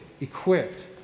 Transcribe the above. equipped